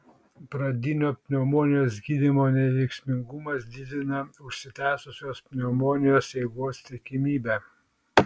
pradinio pneumonijos gydymo neveiksmingumas didina užsitęsusios pneumonijos eigos tikimybę